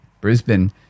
Brisbane